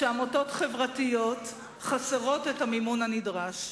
כשעמותות חברתיות חסרות את המימון הנדרש.